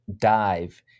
dive